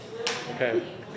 Okay